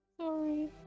sorry